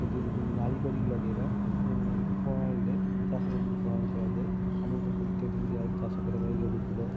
ନାଳି କରିକି ଲଗେଇବା ପ୍ରଣାଳୀରେ ଚାଷ ଯେମିତି ପ୍ରଣାଳୀ କରାଯାଏ ଆମକୁ ତ ସବୁ ଟ୍ରେନିଂ ଦିଆହେଉଛି ଚାଷ କରିବା ପାଇଁ ଫୁଲ